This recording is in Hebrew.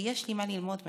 ויש לי מה ללמוד מהם.